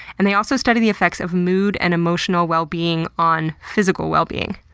and they also studied the effects of mood and emotional well-being on physical well-being.